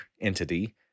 entity